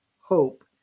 hope